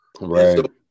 Right